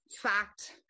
fact